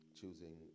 choosing